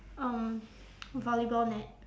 um volleyball net